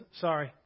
Sorry